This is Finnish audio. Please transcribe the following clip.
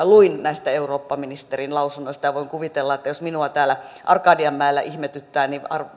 luin näistä eurooppaministerin lausunnoista ja voin kuvitella että jos minua täällä arkadianmäellä ihmetyttää niin